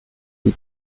die